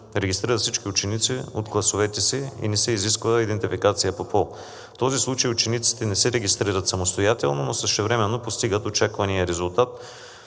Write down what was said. регистрира всички ученици от класовете си и не се изисква идентификация по пол. В този случай учениците не се регистрират самостоятелно, но същевременно постигат очаквания резултат,